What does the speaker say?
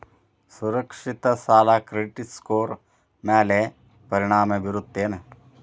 ಸುರಕ್ಷಿತ ಸಾಲ credit score ಮ್ಯಾಲೆ ಪರಿಣಾಮ ಬೇರುತ್ತೇನ್